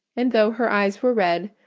and though her eyes were red,